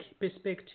perspective